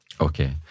Okay